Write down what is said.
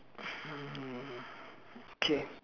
mm K